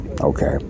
Okay